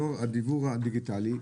הדיוור הדיגיטלי,